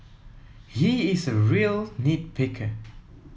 he is a real nit picker